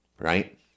Right